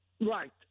Right